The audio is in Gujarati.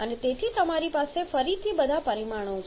અને તેથી તમારી પાસે ફરીથી બધા પરિમાણો છે